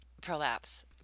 prolapse